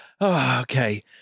Okay